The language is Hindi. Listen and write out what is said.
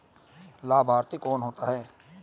लाभार्थी कौन होता है?